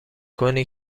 کنی